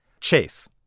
chase